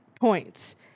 points